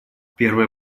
первая